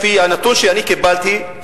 לפי הנתון שאני קיבלתי,